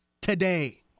today